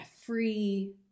free